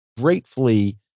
gratefully